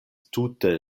tute